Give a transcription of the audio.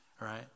right